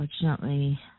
unfortunately